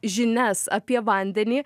žinias apie vandenį